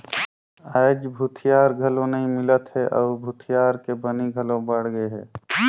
आयज भूथिहार घलो नइ मिलत हे अउ भूथिहार के बनी घलो बड़ गेहे